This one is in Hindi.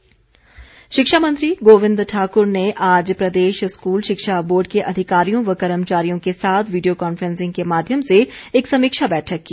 गोविंद ठाकुर शिक्षा मंत्री गोविंद ठाकुर ने आज प्रदेश स्कूल शिक्षा बोर्ड के अधिकारियों व कर्मचारियों के साथ वीडियो कांफ्रेंसिंग के माध्यम से एक समीक्षा बैठक की